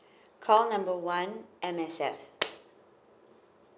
call number one M_S_F